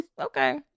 Okay